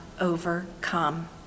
overcome